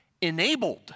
Enabled